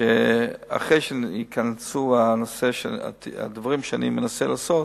אחרי שייכנסו הדברים שאני מנסה לעשות,